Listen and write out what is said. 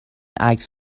عکس